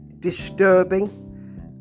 disturbing